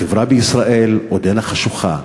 החברה בישראל עודנה חשוכה,